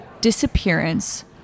disappearance